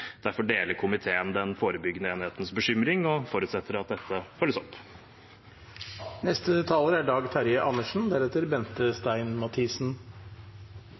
Derfor deler komiteen den forebyggende enhetens bekymring og forutsetter at dette følges opp.